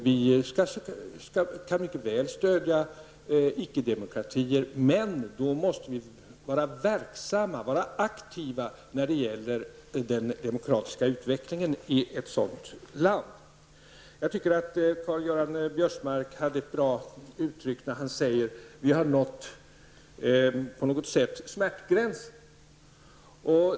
Vi kan mycket väl stödja ickedemokratier, men då måste vi vara aktiva när det gäller den demokratiska utvecklingen i ett sådant land. Karl-Göran Biörsmark hade ett bra uttryck när han sade att vi har nått smärtgränsen.